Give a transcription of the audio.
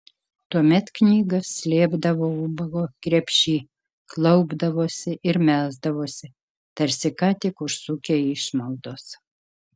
tuomet knygas slėpdavo ubago krepšy klaupdavosi ir melsdavosi tarsi ką tik užsukę išmaldos